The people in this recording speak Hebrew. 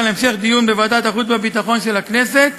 להמשך דיון בוועדת החוץ והביטחון של הכנסת